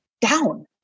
Down